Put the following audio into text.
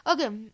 okay